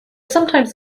sometimes